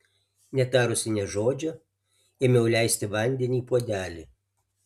netarusi nė žodžio ėmiau leisti vandenį į puodelį